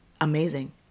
amazing